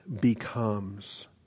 becomes